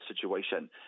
situation